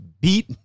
beat